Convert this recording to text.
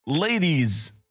Ladies